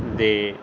ਦੇ